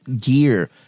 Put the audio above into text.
gear